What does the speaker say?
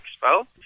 Expo